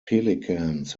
pelicans